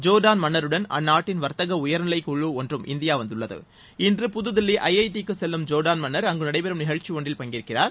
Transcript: Jordan மன்னருடன் அந்நாட்டின் வர்த்தக உயர்நிலைக்குழு ஒன்றும் இந்தியா வந்துள்ளது இன்று புதுதில்லி ஐஐடி க்கு செல்லும் ஜோர்டான் மன்னர் அங்கு நடைபெறும் நிகழ்ச்சி ஒன்றில் பங்கேற்கிறார்